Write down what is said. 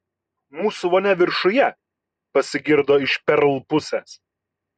mūsų vonia viršuje pasigirdo iš perl pusės